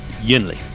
Yinli